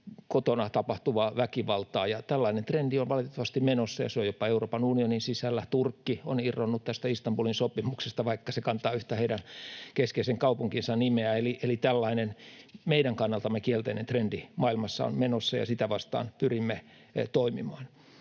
kotona tapahtuvaa väkivaltaa. Tällainen trendi on valitettavasti menossa, ja se on jopa Euroopan unionin sisällä. Turkki on irronnut tästä Istanbulin sopimuksesta, vaikka se kantaa yhtä heidän keskeisen kaupunkinsa nimeä. Eli tällainen meidän kannaltamme kielteinen trendi maailmassa on menossa, ja sitä vastaan pyrimme toimimaan.